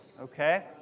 Okay